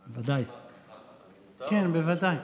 כן, בוודאי.